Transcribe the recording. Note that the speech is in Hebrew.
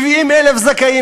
70,000 זכאים,